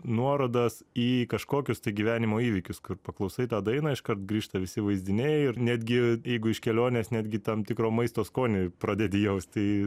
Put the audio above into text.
nuorodas į kažkokius tai gyvenimo įvykius kur paklausai tą dainą iškart grįžta visi vaizdiniai ir netgi jeigu iš kelionės netgi tam tikro maisto skonį pradedi jaust tai